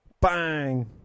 Bang